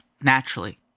Naturally